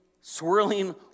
swirling